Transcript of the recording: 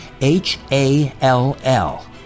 H-A-L-L